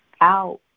out